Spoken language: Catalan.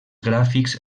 gràfics